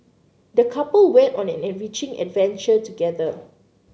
the couple went on an enriching adventure together